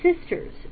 sisters